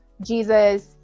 Jesus